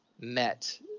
met